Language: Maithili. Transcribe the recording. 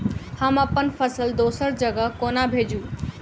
हम अप्पन फसल दोसर जगह कोना भेजू?